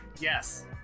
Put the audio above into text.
yes